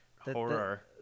Horror